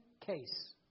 Case